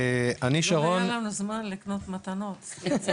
אין לנו זמן לקנות מתנות.